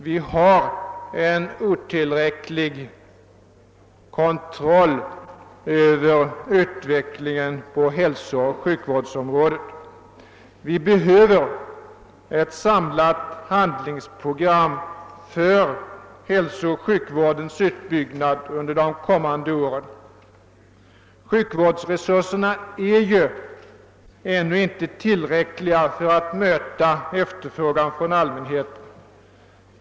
Vi har en otillräcklig kontroll över utvecklingen på hälsooch sjukvårdsområdet. Vi behöver ett samlat handlingsprogram för hälsooch sjukvårdens utbyggnad under de kommande åren. |. Sjukvårdsresurserna är inte tillräckliga för att möta. efterfrågan från allmänheten.